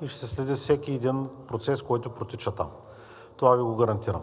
и ще следи всеки един процес, който протича там. Това Ви го гарантирам.